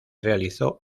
realizó